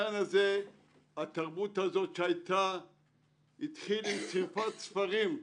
התרבות הזו שהיתה התחילה עם שריפת ספרים.